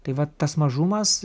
tai vat tas mažumas